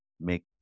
make